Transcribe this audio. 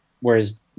Whereas